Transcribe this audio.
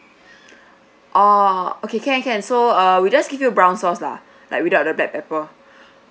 oh okay can can so err we just give you brown sauce lah like without the black pepper